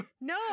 No